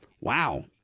Wow